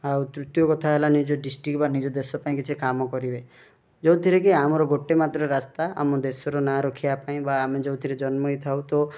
ଆଉ ତୃତୀୟ କଥା ହେଲା ନିଜ ଡିଷ୍ଟ୍ରିକ୍ଟ ବା ନିଜ ଦେଶ ପାଇଁ କିଛି କାମ କରିବେ ଯେଉଁଥିରେକି ଆମର ଗୋଟେ ମାତ୍ର ରାସ୍ତା ଆମ ଦେଶର ନାଁ ରଖିବା ପାଇଁ ବା ଆମେ ଯେଉଁଥିରେ ଜନ୍ମ ହେଇଥାଉ ତ